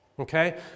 Okay